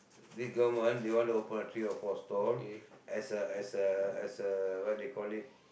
this government they want to open three or four stall as a as a as a what do you call it